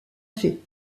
fait